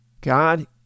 God